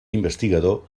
investigador